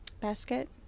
basket